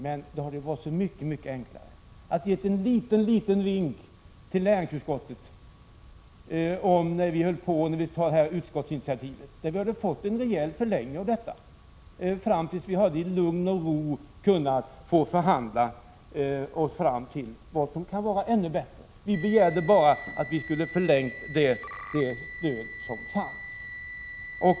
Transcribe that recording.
Men det hade varit så oerhört mycket enklare om näringsutskottet fått en liten vink i samband med utskottsinitiativet. Det borde ha blivit en rejäl förlängning så att vi i lugn och ro hade fått förhandla oss fram till vad som kunnat vara ännu bättre. Vi begärde bara en förlängning av det stöd som finns i dag.